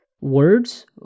words